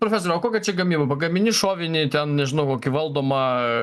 profesoriau o kokia čia gamyba pagamini šovinį ten nežinau valdomą